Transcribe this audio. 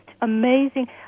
amazing